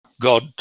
God